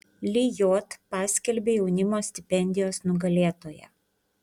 lijot paskelbė jaunimo stipendijos nugalėtoją